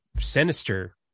sinister